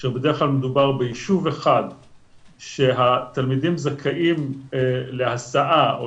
כאשר בדרך כלל מדובר ביישוב אחד שהתלמידים זכאים להסעה או